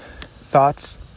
thoughts